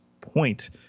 point